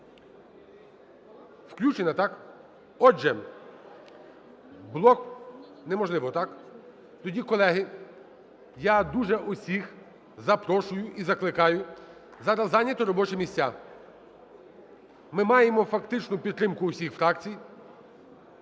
Включена, так? Отже… Неможливо, так? Тоді, колеги, я дуже усіх запрошую і закликаю зараз зайняти робочі місця. Ми маємо фактичну підтримку усіх фракцій,